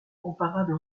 comparable